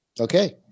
Okay